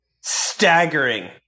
staggering